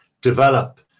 develop